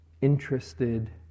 interested